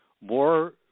more